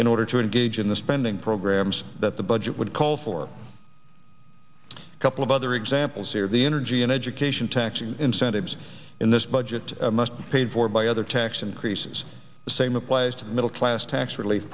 in order to engage in the spending programs that the budget would call for a couple of other examples here the energy and education tax incentives in this budget must be paid for by other tax increases the same applies to middle class tax relief